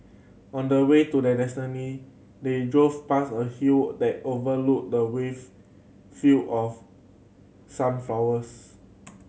on the way to their destiny they drove past a hill that overlooked the wave field of sunflowers